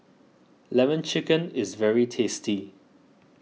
Lemon Chicken is very tasty